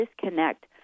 disconnect